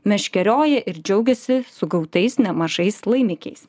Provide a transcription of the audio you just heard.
meškerioja ir džiaugiasi sugautais nemažais laimikiais